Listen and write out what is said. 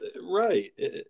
Right